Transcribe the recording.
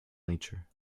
nature